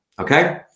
okay